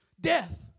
Death